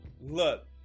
look